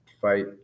fight